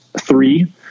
three